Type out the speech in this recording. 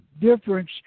difference